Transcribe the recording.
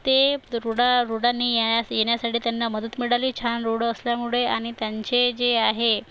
ते रोड रोडाने ये ना येण्यासाठी त्यांना मदत मिळाली छान रोड असल्यामुळे आणि त्यांचे जे आहे